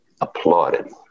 applauded